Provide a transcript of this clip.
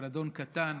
משרדון קטן,